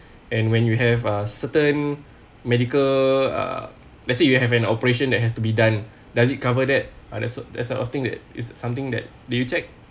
and when you have a certain medical uh let's say if you have an operation that has to be done does it cover that uh that sort of that's sort of thing that is something that do you check